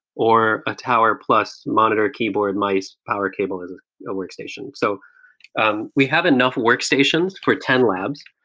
or a tower, plus monitor, keyboard, mice, power cable is a workstation so um we have enough workstations for ten labs,